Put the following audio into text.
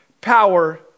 power